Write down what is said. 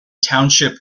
township